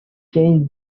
change